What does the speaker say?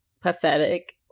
pathetic